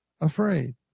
afraid